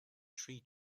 tree